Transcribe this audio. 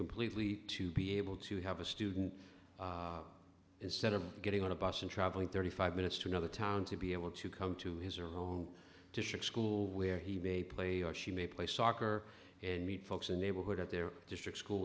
completely to be able to have a student instead of getting on a bus and travelling thirty five minutes to another town to be able to come to his or her home district school where he may play or she may play soccer and meet folks in neighborhood at their district school